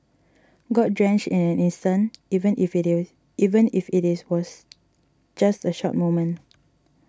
got drenched in an instant even if it even if it was just a short moment